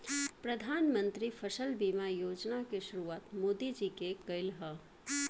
प्रधानमंत्री फसल बीमा योजना के शुरुआत मोदी जी के कईल ह